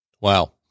Wow